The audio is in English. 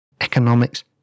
economics